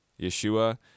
Yeshua